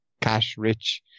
cash-rich